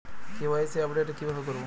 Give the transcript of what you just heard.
KYC update কিভাবে করবো?